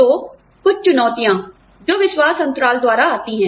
तो कुछ चुनौतियां जो विश्वास अंतराल द्वारा आती है